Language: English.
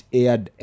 aired